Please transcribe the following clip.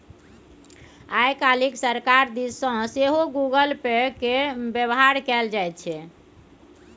आय काल्हि सरकार दिस सँ सेहो गूगल पे केर बेबहार कएल जाइत छै